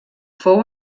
fou